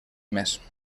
més